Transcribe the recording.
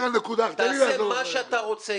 תעשה מה שאתה רוצה,